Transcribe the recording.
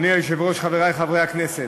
אדוני היושב-ראש, חברי חברי הכנסת,